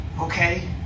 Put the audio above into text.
okay